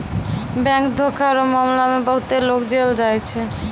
bank धोखा रो मामला मे बहुते लोग जेल जाय छै